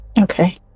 Okay